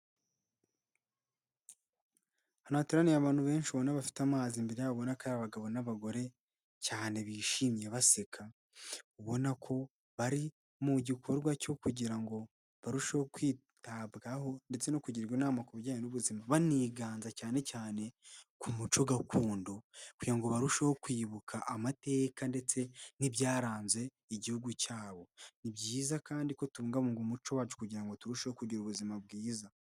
Ahantu hateraniye abantu benshi, ubona bafite amazi imbere yabo ubona ko ari abagabo n'abagore, cyane bishimye, baseka, ubona ko bari mu gikorwa cyo kugira ngo barusheho kwitabwaho, ndetse no kugirwa inama ku bijyanye n'ubuzima, baniganza cyane cyane ku muco gakondo, kugira ngo barusheho kwibuka amateka, ndetse n'ibyaranze Igihugu cyabo. Ni byiza kandi ko tubungabunga umuco wacu, kugira ngo turusheho kugira ubuzima bwiza.